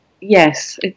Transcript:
Yes